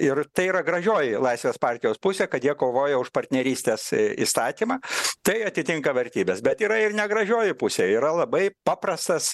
ir tai yra gražioji laisvės partijos pusė kad jie kovoja už partnerystės įstatymą tai atitinka vertybes bet yra ir negražioji pusė yra labai paprastas